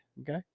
Okay